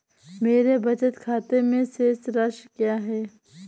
मेरे बचत खाते में शेष राशि क्या है?